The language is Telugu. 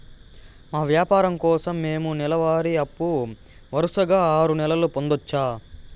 మా వ్యాపారం కోసం మేము నెల వారి అప్పు వరుసగా ఆరు నెలలు పొందొచ్చా?